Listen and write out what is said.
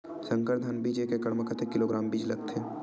संकर धान बीज एक एकड़ म कतेक किलोग्राम बीज लगथे?